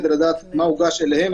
כדי לדעת מה הוגש אליהם,